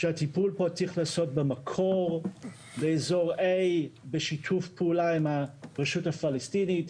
שהטיפול פה צריך לעשות במקור באזור A בשיתוף פעולה עם הרשות הפלסטינית.